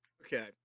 Okay